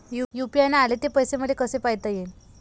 UPI न आले ते पैसे मले कसे पायता येईन?